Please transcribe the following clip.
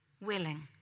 willing